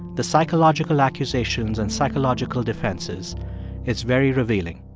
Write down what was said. the psychological accusations and psychological defenses is very revealing.